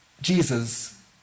Jesus